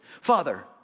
Father